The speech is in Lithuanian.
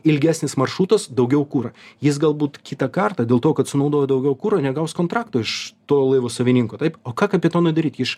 ilgesnis maršrutas daugiau kura jis galbūt kitą kartą dėl to kad sunaudojo daugiau kuro negaus kontrakto iš to laivo savininko taip o ką kapitonui daryt iš